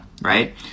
Right